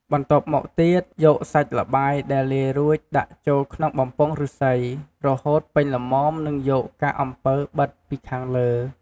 បន្ទាប់មកទៀត យកសាច់ល្បាយដែលលាយរួចដាក់ចូលក្នុងបំពង់ឫស្សី រហូតពេញល្មមនិងយកកាកអំពៅបិទពីខាងលើ។